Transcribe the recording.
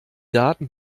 daten